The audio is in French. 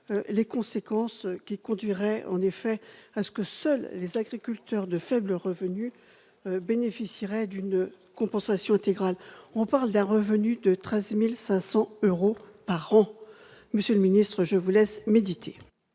de cette mesure, qui conduirait en effet à ce que seuls les agriculteurs ayant de faibles revenus bénéficient d'une compensation intégrale. On parle là d'un revenu de 13 500 euros par an ! Monsieur le ministre, je vous laisse méditer